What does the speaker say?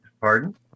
Pardon